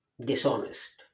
dishonest